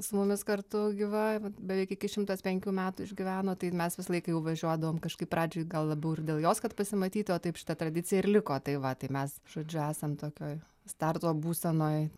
su mumis kartu gyva va beveik iki šimtas penkių metų išgyveno tai mes visą laiką jau važiuodavom kažkaip pradžioj gal labiau ir dėl jos kad pasimatyti o taip šita tradicija ir liko tai va tai mes žodžiu esant tokioj starto būsenoj